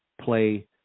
play